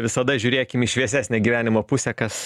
visada žiūrėkim į šviesesnę gyvenimo pusę kas